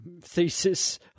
thesis